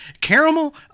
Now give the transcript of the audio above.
caramel